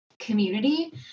community